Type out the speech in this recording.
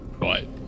Right